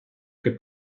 che